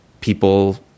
people